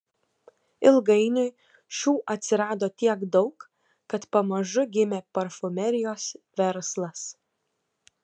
ilgainiui šių atsirado tiek daug kad pamažu gimė parfumerijos verslas